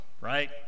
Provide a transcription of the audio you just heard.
right